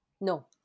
no